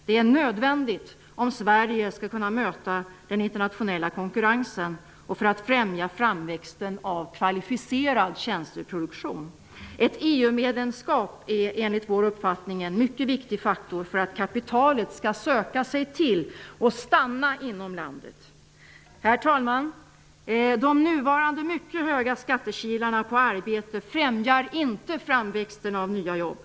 Det är nödvändigt om Sverige skall kunna möta den internationella konkurrensen och för att främja framväxten av kvalificerad tjänsteproduktion. Ett EU-medlemskap är enligt vår uppfattning en mycket viktig faktor för att kapitalet skall söka sig till och stanna inom landet. Herr talman! De nuvarande mycket stora skattekilarna för arbete främjar inte framväxten av nya jobb.